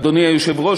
אדוני היושב-ראש,